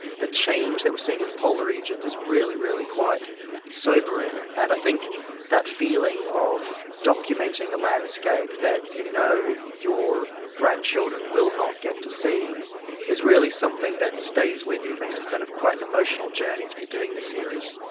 the change that we're seeing in the polar regions is really, really quite sobering, and i think that feeling of documenting a landscape that you know your grandchildren will not get to see is really something that stays with you, it makes it kind of quite an emotional journey to be doing the series.